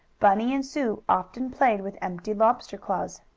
bunny and sue often played with empty lobster claws.